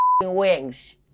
wings